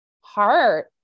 heart